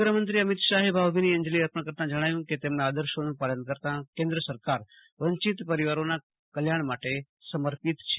ગૃહમંત્રી અમિત શાહે ભાવલીની અંજલી અર્પણ કરતા જણાવ્યું કે તેમના આદર્શોનું પાલન કરતાં કેન્દ્ર સરકાર વંચિત પરિવારોના કલ્યાણ માટે સમર્પિત છે